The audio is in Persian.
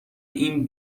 این